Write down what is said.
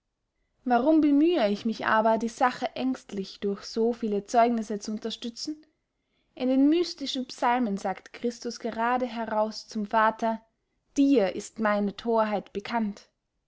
warum bemühe ich mich aber die sache ängstlich durch so viele zeugnisse zu unterstützen in den mystischen psalmen sagt christus gerade heraus zum vater dir ist meine thorheit bekannt